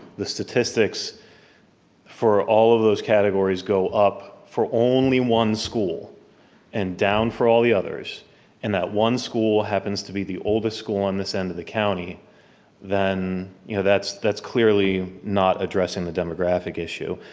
the statistics for all of those categories go up for only one school and down for all the others and that one school happens to be the oldest school on this end of the county then you know that's that's clearly not addressing the demographic issue.